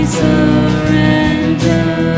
surrender